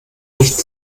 nicht